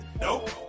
Nope